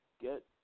get